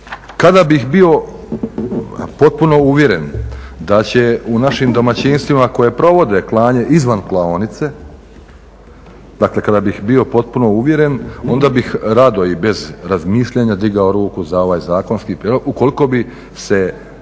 Kada bih bio potpuno uvjeren da će u našim domaćinstvima koja provode klanje izvan klaonice, dakle kada bih bio potpuno uvjeren onda bih rado i bez razmišljanja digao ruku za ovaj zakonski prijedlog ukoliko bi se